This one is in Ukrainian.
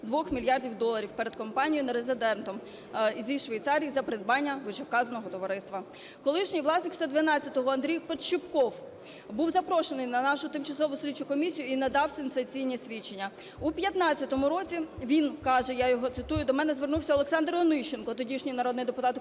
2 мільярдів доларів перед компанією-нерезидентом зі Швейцарії за придбання вищевказаного товариства. Колишній власник "112" Андрій Подщіпков був запрошений на нашу тимчасову слідчу комісію і надав сенсаційні свідчення. "У 15-му році – він каже, я його цитую – до мене звернувся Олександр Онищенко, тодішній народний депутат